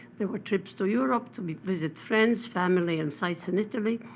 there were trips to europe, to visit friends, family, and sites in italy,